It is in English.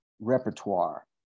repertoire